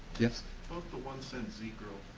yeah one cent z-grill?